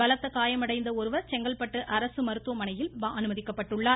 பலத்த காயமடைந்த ஒருவர் செங்கல்பட்டு அரசு மருத்துவமனையில் அனுமதிக்கப்பட்டுள்ளார்